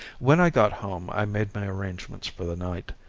when i got home i made my arrangements for the night,